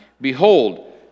Behold